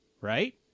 right